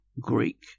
Greek